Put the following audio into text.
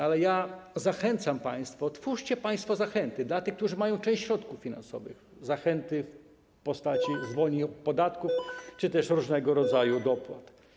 Ale zachęcam państwa, twórzcie zachęty dla tych, którzy mają część środków finansowych, zachęty w postaci zwolnień od podatków czy też różnego rodzaju dopłat.